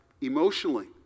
emotionally